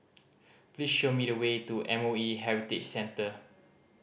please show me the way to M O E Heritage Centre